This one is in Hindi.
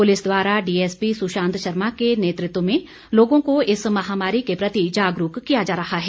पुलिस द्वारा डीएसपी सुशांत शर्मा के नेतृत्व में लोगों को इस महामारी के प्रति जागरूक किया जा रहा है